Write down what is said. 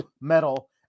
metal